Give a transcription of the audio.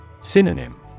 Synonym